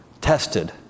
tested